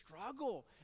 struggle